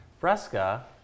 Fresca